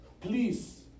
Please